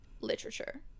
literature